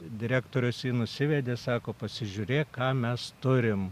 direktorės ji nusivedė sako pasižiūrėk ką mes turim